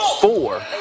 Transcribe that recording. four